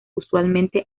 usualmente